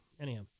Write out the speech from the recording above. Anyhow